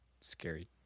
scary